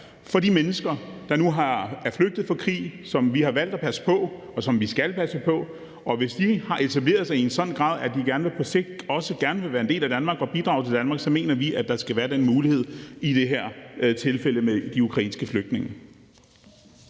for de mennesker, der nu er flygtet fra krig, som vi har valgt at passe på, og som vi skal passe på. Hvis de har etableret sig i en sådan grad, at de på sigt også gerne vil være en del af Danmark og bidrage til Danmark, så mener vi, at der skal være den mulighed i det her tilfælde med de ukrainske flygtninge.